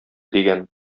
дигән